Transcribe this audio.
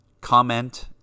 comment